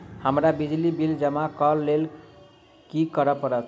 हमरा बिजली बिल जमा करऽ केँ लेल की करऽ पड़त?